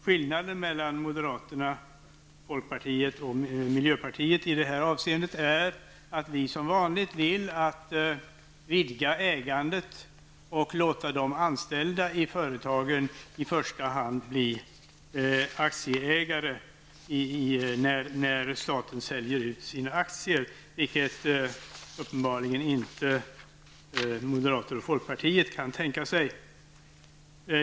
Skillnaden mellan moderterna, folkpartiet och miljöpartiet i det här avseendet är att vi som vanligt vill vidga ägandet och i första hand låta de anställda i företagen bli aktieägare när staten säljer ut sina aktier, vilket uppenbarligen inte moderater och folkpartister kan tänka sig.